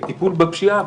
בטיפול בפשיעה,